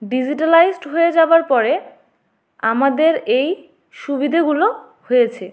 digitalised হয়ে যাবার পরে আমাদের এই সুবিধেগুলো হয়েছে